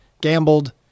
gambled